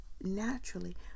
naturally